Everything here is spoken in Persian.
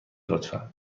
لطفا